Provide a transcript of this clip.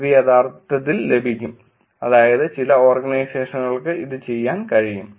ഇത് യഥാർത്ഥത്തിൽ ലഭിക്കും അതായത് ചില ഓർഗനൈസേഷനുകൾക്കും ഇത് ചെയ്യാൻ കഴിയും